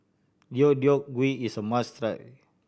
Deodeok Gui is a must try